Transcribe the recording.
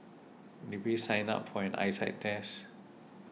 did we sign up for an eyesight test